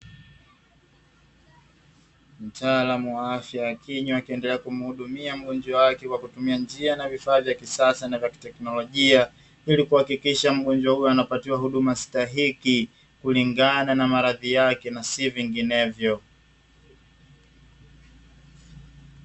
Mtaalamu wa afya ya kinywa akiendelea kumhudumia mgonjwa wake kwa kutumia njia na vifaa vya kisasa na vya kiteknolojia, ili kuhakikisha mgonjwa huyo anapata huduma stahiki kulingana na maradhi yake na si vinginevyo.